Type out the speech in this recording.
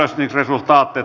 sihteeri luki